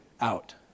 out